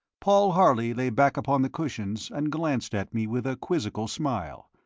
paul harley lay back upon the cushions and glanced at me with a quizzical smile.